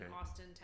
Austin